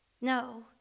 No